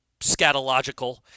scatological